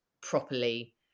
properly